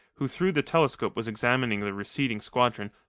who through the telescope was examining the receding squadron,